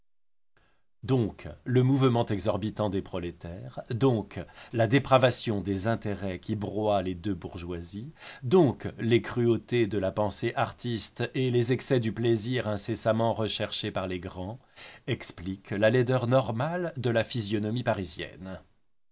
donc le mouvement exorbitant des prolétaires donc la dépravation des intérêts qui broient les deux bourgeoisies donc les cruautés de la pensée artiste et les excès du plaisir incessamment cherché par les grands expliquent la laideur normale de la physionomie parisienne